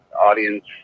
audience